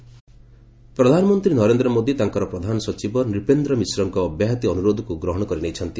PM Nripendra ପ୍ରଧାନମନ୍ତ୍ରୀ ନରେନ୍ଦ୍ର ମୋଦି ତାଙ୍କର ପ୍ରଧାନ ସଚିବ ନ୍ନପେନ୍ଦ୍ର ମିଶ୍ରଙ୍କ ଅବ୍ୟାହତି ଅନୁରୋଧକୁ ଗ୍ରହଣ କରିନେଇଛନ୍ତି